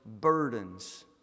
burdens